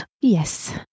Yes